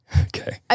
Okay